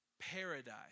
paradise